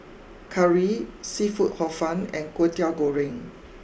Curry Seafood Hor fun and Kway Teow Goreng